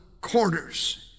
corners